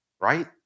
right